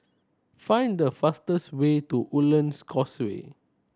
find the fastest way to Woodlands Causeway